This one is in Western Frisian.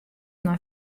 nei